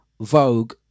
Vogue